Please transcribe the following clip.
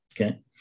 Okay